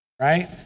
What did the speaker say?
Right